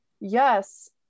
Yes